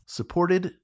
supported